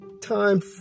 time